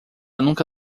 nunca